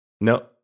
no